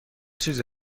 چیزی